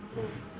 mm